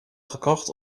gekocht